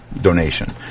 donation